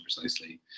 precisely